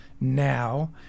now